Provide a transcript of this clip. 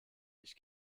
ich